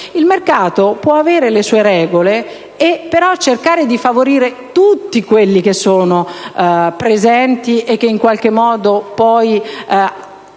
Il mercato può avere le sue regole e cercare di favorire tutti quelli che sono presenti e che in qualche modo vedono